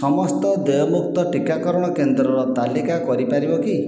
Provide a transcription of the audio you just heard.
ସମସ୍ତ ଦେୟମୁକ୍ତ ଟିକାକରଣ କେନ୍ଦ୍ରର ତାଲିକା କରିପାରିବ କି